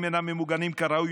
אינם ממוגנים כראוי.